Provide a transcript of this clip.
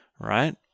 right